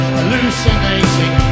hallucinating